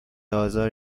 آزار